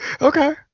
Okay